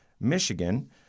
Michigan